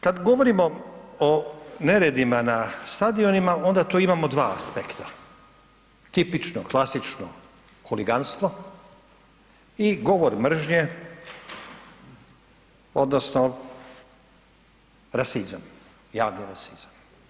Kada govorimo o neredima na stadionima onda tu imamo dva aspekta, tipično, klasično huliganstvo i govor mržnje odnosno rasizam, javni rasizam.